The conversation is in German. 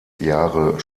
jahre